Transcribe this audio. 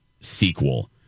sequel